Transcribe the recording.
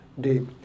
deep